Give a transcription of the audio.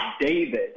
David